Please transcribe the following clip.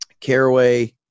caraway